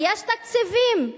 ויש תקציבים.